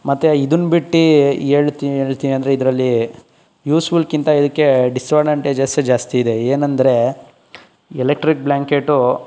ಮತ್ತೆ ಇದನ್ನು ಬಿಟ್ಟಿ ಹೇಳ್ತಿ ಹೇಳ್ತೀನಂದ್ರೆ ಇದರಲ್ಲಿ ಯೂಸ್ಫುಲ್ಗಿಂತ ಇದಕ್ಕೆ ಡಿಸಡ್ವಾಂಟೇಜೆಸ್ಸೆ ಜಾಸ್ತಿ ಇದೆ ಏನೆಂದ್ರೆ ಎಲೆಕ್ಟ್ರಿಕ್ಟ್ ಬ್ಲಾಂಕೆಟು